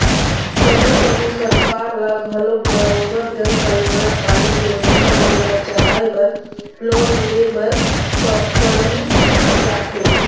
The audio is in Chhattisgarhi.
कभू कभू सरकार ल घलोक बरोबर जनकल्यानकारी योजना मन ल चलाय बर लोन ले बर पड़ही जाथे